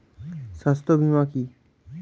স্বাস্থ্য বীমা কি?